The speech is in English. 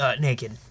naked